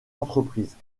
entreprises